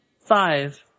Five